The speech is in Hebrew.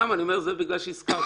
אני אומר את זה בגלל שהזכרת.